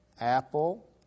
apple